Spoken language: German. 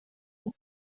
und